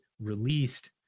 released